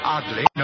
Oddly